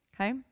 Okay